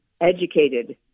educated